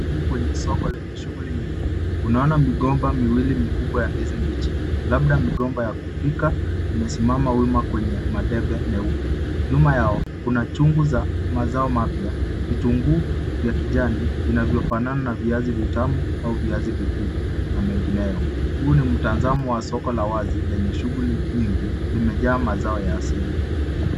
Karibu kwenye soko lenye shughuli nyingi, unaona migomba miwili mikubwa ya ndizi mbichi, labda migomba ya kupika, imesimama wima kwenye madebe meupe. Nyuma yao, kuna chungu za mazao mapya, viitunguu vya kijani, vinavyofanana na viazi vitamu au viazi vikuu na mengineyo. Huu ni mtazamo wa soko la wazi, lenye shughuli nyingi, limejaa mazao ya asili.